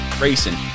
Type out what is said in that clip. racing